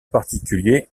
particulier